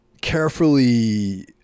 carefully